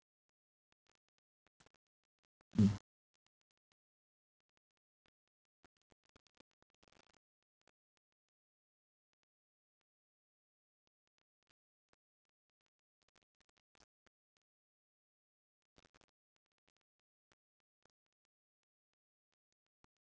mm